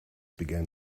began